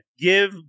give